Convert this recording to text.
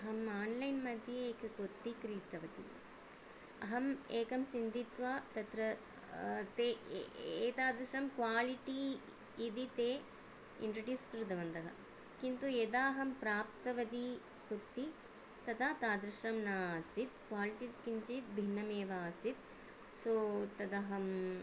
अहम् आन्लैन्मध्ये एकं कुर्ति क्रीतवती अहम् एकं सिन्दित्वा तत्र ते ए एतादृशं क्वालिटि इति ते इन्ट्रुट्यूस् कृतवन्तः किन्तु यदाहं प्राप्तवती कुर्ति तदा तादृशं न आसीत् क्वालिटि किञ्चित् भिन्नमेव आसीत् सो तदाहम्